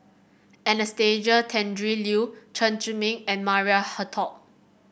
Anastasia Tjendri Liew Chen Zhiming and Maria Hertogh